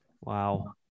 Wow